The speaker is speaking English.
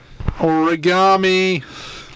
Origami